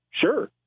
Sure